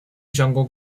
jungle